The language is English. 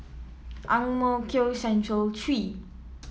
Ang Mo Kio Central Three